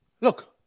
look